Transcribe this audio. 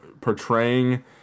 portraying